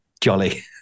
jolly